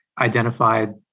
identified